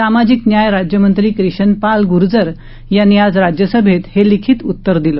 सामाजिक न्याय राज्यमंत्री क्रिषन पाल गुर्जर यांनी आज राज्यसभेत हे लिखित उत्तर दिले